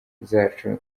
zacu